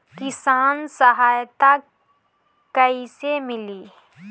किसान सहायता कईसे मिली?